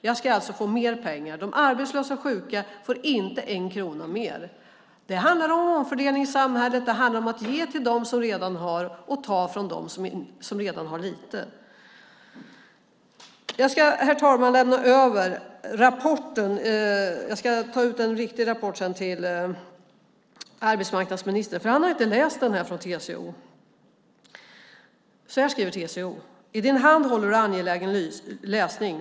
Jag ska alltså få mer pengar medan de arbetslösa och sjuka inte får en enda krona mer. Det handlar om omfördelningen i samhället. Det handlar om att ge till dem som redan har och ta från dem som redan har lite. Jag ska, herr talman, lämna över rapporten från TCO. Jag ska senare också lämna rapporten till arbetsmarknadsministern, för han har inte läst den. TCO skriver följande: "I din hand håller du angelägen läsning.